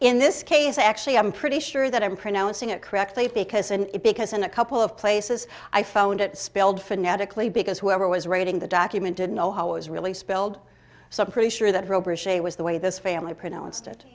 in this case actually i'm pretty sure that i'm pronouncing it correctly because an it because in a couple of places i found it spelled phonetically because whoever was writing the document didn't know how it was really spelled so i'm pretty sure that robe or she was the way this family pronounced it